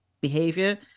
behavior